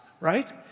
Right